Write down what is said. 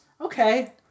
Okay